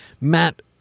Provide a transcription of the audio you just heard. Matt